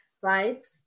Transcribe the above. right